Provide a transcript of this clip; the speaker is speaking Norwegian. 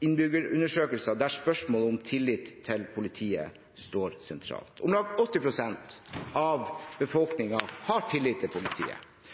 innbyggerundersøkelser der spørsmålet om tillit til politiet står sentralt. Om lag 80 pst. av befolkningen har tillit til politiet.